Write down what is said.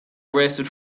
arrested